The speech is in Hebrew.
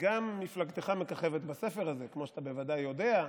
גם מפלגתך מככבת בספר הזה, כמו שאתה בוודאי יודע.